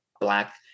black